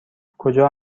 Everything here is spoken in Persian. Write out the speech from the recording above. کجا